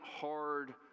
hard